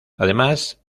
además